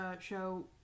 show